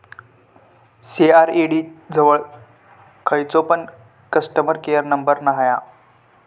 CRED जवळ खयचो पण कस्टमर केयर नंबर नाय हा